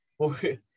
okay